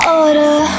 order